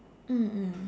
mm mm